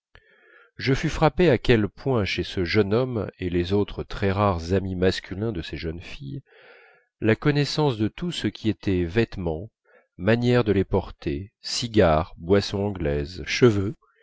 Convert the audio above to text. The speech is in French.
je fus frappé à quel point chez ce jeune homme et les autres très rares amis masculins de ces jeunes filles la connaissance de tout ce qui était vêtements manière de les porter cigares boissons anglaises cheveux